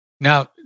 Now